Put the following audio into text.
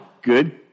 good